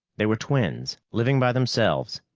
they were twins, living by themselves,